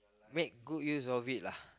make good use of it lah